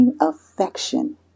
affection